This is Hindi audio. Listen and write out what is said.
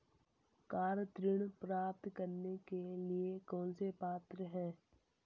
कार ऋण प्राप्त करने के लिए कौन पात्र है?